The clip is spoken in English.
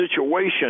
situation